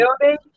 building